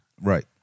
Right